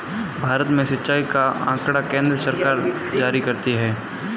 भारत में सिंचाई का आँकड़ा केन्द्र सरकार जारी करती है